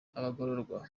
abagororwa